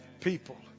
people